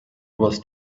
was